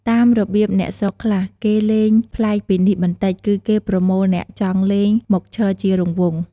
តាមរបៀបអ្នកស្រុកខ្លះ គេលេងប្លែកពីនេះបន្តិច គឺគេប្រមូលអ្នកចង់លេងមកឈរជារង្វង់។